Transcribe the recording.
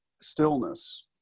stillness